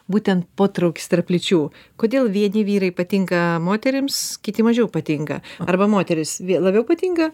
būtent potraukis tarp lyčių kodėl vieni vyrai patinka moterims kiti mažiau patinka arba moterys labiau patinka